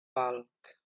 bulk